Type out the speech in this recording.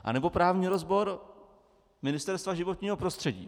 Anebo právní rozbor Ministerstva životního prostředí?